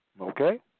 Okay